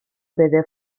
bere